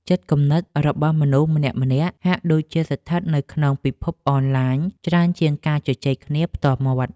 ចិត្តគំនិតរបស់មនុស្សម្នាក់ៗហាក់ដូចជាស្ថិតនៅក្នុងពិភពអនឡាញច្រើនជាងការជជែកគ្នាផ្ទាល់មាត់។